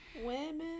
Women